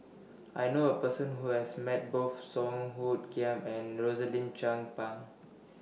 I know A Person Who has Met Both Song Hoot Kiam and Rosaline Chan Pang